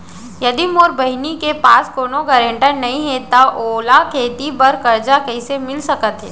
यदि मोर बहिनी के पास कोनो गरेंटेटर नई हे त ओला खेती बर कर्जा कईसे मिल सकत हे?